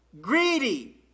Greedy